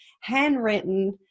handwritten